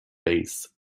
base